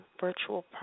virtual